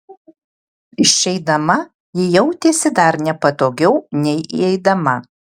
išeidama ji jautėsi dar nepatogiau nei įeidama